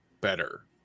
better